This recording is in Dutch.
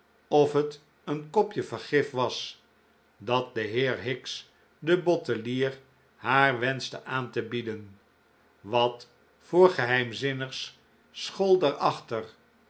of het een kopje vergif was dat de heer hicks de bottelier haar wenschte aan te bieden wat voor geheimzinnigs school